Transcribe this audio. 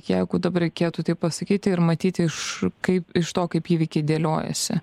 kiek tam reikėtų tai pasakyti ir matyti iš kaip iš to kaip įvykiai dėliojasi